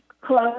close